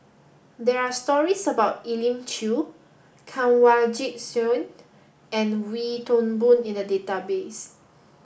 there are stories about Elim Chew Kanwaljit Soin and Wee Toon Boon in the database